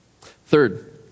Third